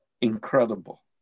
Incredible